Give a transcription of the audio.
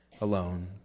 alone